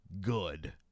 good